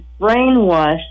brainwashed